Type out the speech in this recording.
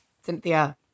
Cynthia